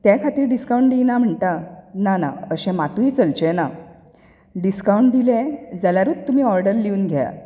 त्या खातीर डिस्कावंट दिना म्हणटा ना ना अशें मातूय चलचें ना डिस्कावंट दिले जाल्यारूच तुमी ऑर्डर लिवन घेयात